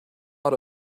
out